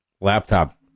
laptop